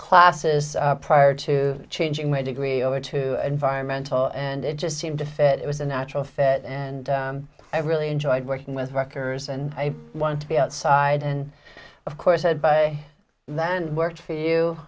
classes prior to changing my degree over to environmental and it just seemed to fit it was a natural fit and i really enjoyed working with actors and i wanted to be outside and of course had by then worked for you